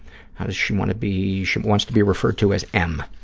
how does she want to be, she wants to be referred to as m.